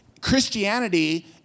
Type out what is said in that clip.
Christianity